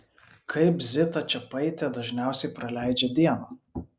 kaip zita čepaitė dažniausiai praleidžia dieną